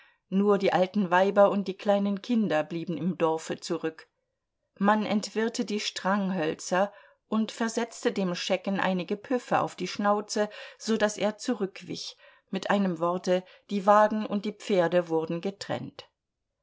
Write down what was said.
nur die alten weiber und die kleinen kinder blieben im dorfe zurück man entwirrte die stranghölzer und versetzte dem schecken einige püffe auf die schnauze so daß er zurückwich mit einem worte die wagen und die pferde wurden getrennt